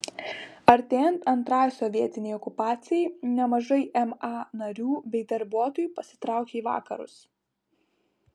artėjant antrajai sovietinei okupacijai nemažai ma narių bei darbuotojų pasitraukė į vakarus